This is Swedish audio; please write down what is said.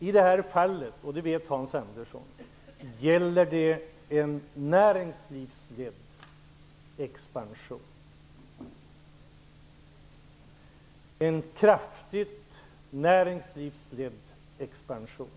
I det här fallet -- och det vet Hans Andersson -- gäller det en näringslivsledd expansion, en kraftigt näringslivsledd expansion.